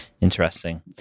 Interesting